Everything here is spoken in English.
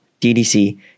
DDC